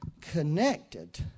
connected